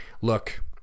look